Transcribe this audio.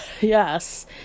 Yes